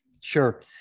Sure